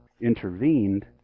intervened